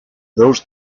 those